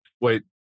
Wait